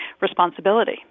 responsibility